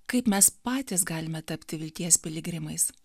kaip mes patys galime tapti vilties piligrimais